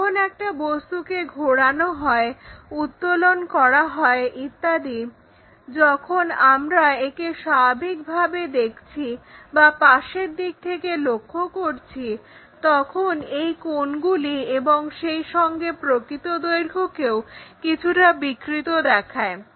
যখন একটা বস্তুকে ঘোরানো হয় উত্তোলন করা হয় ইত্যাদি যখন তোমরা একে স্বাভাবিকভাবে দেখছো বা পাশের দিক থেকে লক্ষ্য করছো তখন এই কোণগুলি এবং সেইসঙ্গে প্রকৃত দৈর্ঘ্যকেও কিছুটা বিকৃত দেখায়